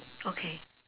okay